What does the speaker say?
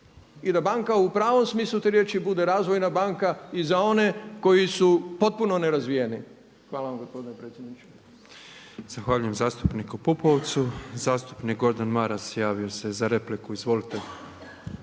i da banka u pravom smislu te riječi bude razvojna banka i za one koji su potpuno nerazvijeni. Hvala vam gospodine predsjedniče. **Petrov, Božo (MOST)** Zahvaljujem zastupniku Pupovcu. Zastupnik Gordan Maras javio se za repliku. Izvolite.